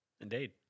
Indeed